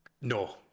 No